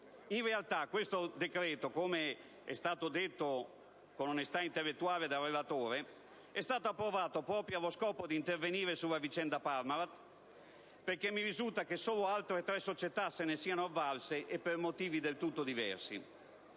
In realtà, questo decreto, come è stato detto con onestà intellettuale dal relatore, è stato approvato proprio allo scopo di intervenire sulla vicenda Parmalat, perché mi risulta che solo altre tre società se ne siano avvalse e per motivi del tutto diversi.